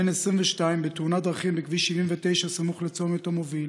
בן 22, בתאונת דרכים בכביש 79 סמוך לצומת המוביל.